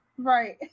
Right